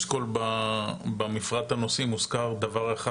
יש קודם כל במפרט הנושאים מוזכר דבר אחד